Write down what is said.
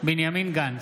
בנימין גנץ,